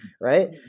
right